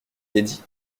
dédie